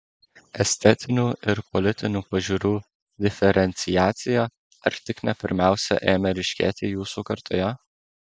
estetinių ir politinių pažiūrų diferenciacija ar tik ne pirmiausia ėmė ryškėti jūsų kartoje